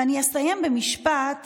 ואני אסיים במשפט